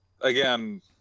Again